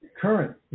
current